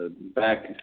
Back